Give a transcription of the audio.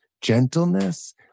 gentleness